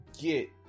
get